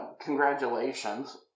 congratulations